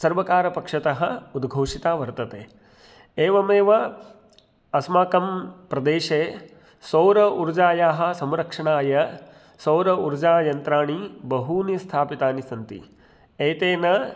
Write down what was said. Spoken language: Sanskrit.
सर्वकारपक्षतः उद्घोषिता वर्तते एवमेव अस्माकं प्रदेशे सौर ऊर्जायाः संरक्षणाय सौर ऊर्जायन्त्राणि बहूनि स्थापितानि सन्ति एतेन